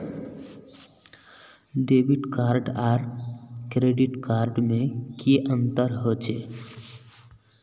Debit card आर credit card में की अंतर होचे?